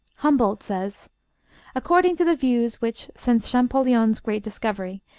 humboldt says according to the views which, since champollion's great discovery,